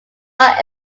not